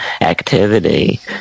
activity